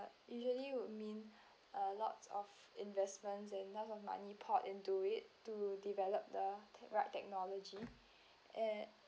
usually would mean uh lots of investments and a lot of money poured into it to develop the right technology and